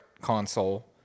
console